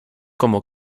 como